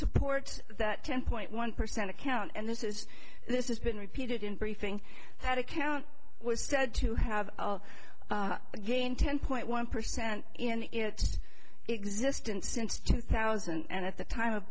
supports that ten point one percent account and this is this has been repeated in briefing that account was said to have again ten point one percent in its existence since two thousand and at the time of